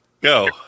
Go